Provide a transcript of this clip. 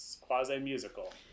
quasi-musical